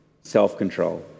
self-control